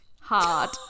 Hard